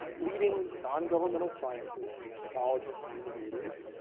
leading non-governmental scientists, technologists, and innovators.